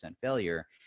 failure